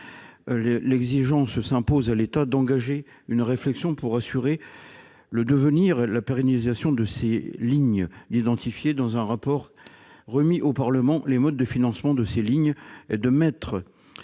l'exigence s'impose à l'État d'engager une réflexion pour assurer la pérennisation de ces lignes, d'identifier dans un rapport remis au Parlement les modes de financement de ces lignes et de mettre les